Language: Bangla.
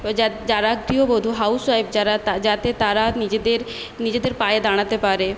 যা যারা গৃহবধূ হাউস ওয়াইফ যারা তা যাতে তারা নিজেদের নিজেদের পায়ে দাঁড়াতে পারে